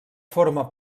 forma